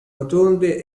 rotonde